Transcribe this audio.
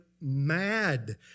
mad